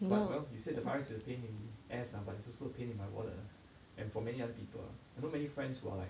but well you said the virus is a pain in the ass lah but it's also pain in my wallet and for many other people I know many friends who are like